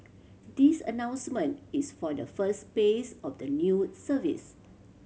this announcement is for the first phase of the new service